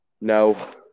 No